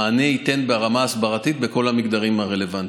המענה יינתן ברמה ההסברתית בכל המגדרים הרלוונטיים,